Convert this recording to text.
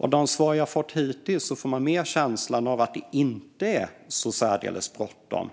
Av de svar som jag har fått hittills får jag mer känslan av att det inte är så särskilt bråttom.